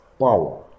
power